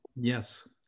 Yes